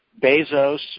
Bezos